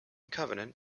covenant